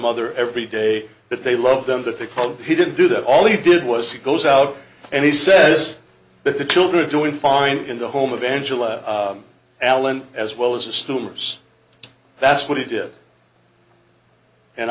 mother every day that they love them that they called he didn't do that all he did was he goes out and he says that the killed are doing fine in the home of angela allen as well as assumes that's what he did and